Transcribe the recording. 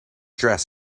dress